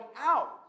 out